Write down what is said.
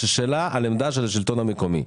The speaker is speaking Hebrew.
אני שואל מה העמדה של השלטון המקומי,